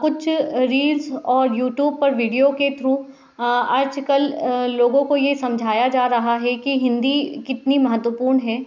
कुछ रील्स और यूट्यूब पर वीडियो के थ्रू आजकल लोगों को ये समझाया जा रहा है कि हिंदी कितनी महत्वपूर्ण है